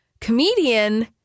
comedian